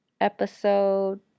episode